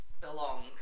Belong